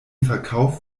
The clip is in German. verkauf